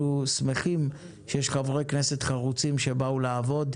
אנחנו שמחים שיש חברי כנסת חרוצים שבאו לעבוד.